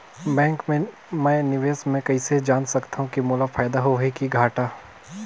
Bank मे मैं निवेश मे कइसे जान सकथव कि मोला फायदा होही कि घाटा?